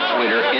Twitter